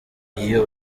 iyo